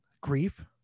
grief